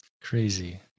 crazy